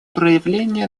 проявление